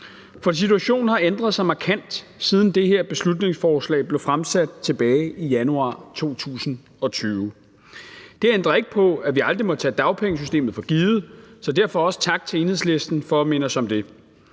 For situationen har ændret sig markant, siden det her beslutningsforslag blev fremsat tilbage i januar 2020. Det ændrer ikke på, at vi aldrig må tage dagpengesystemet for givet, så derfor også tak til Enhedslisten for at minde os om det.